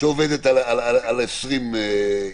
שעובדת על 20 איש.